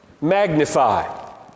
magnify